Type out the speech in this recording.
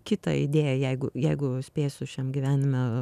kitą idėją jeigu jeigu spėsiu šiam gyvenime